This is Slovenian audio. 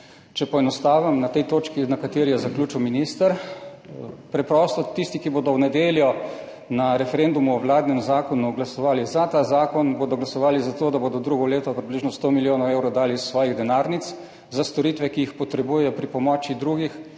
Če poenostavim glede te točke, na kateri je zaključil minister. Tisti, ki bodo v nedeljo na referendumu o vladnem zakonu glasovali za ta zakon, bodo glasovali za to, da bodo drugo leto dali približno 100 milijonov evrov iz svojih denarnic za storitve, ki se potrebujejo za pomoč drugim,